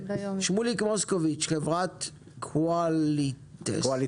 שמוליק מוסקוביץ, חברת קווליטסט.